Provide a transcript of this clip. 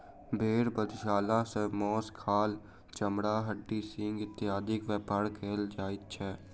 भेंड़ बधशाला सॅ मौस, खाल, चमड़ा, हड्डी, सिंग इत्यादिक व्यापार कयल जाइत छै